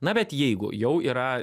na bet jeigu jau yra